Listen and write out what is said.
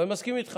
ואני מסכים איתך.